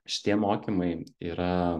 šitie mokymai yra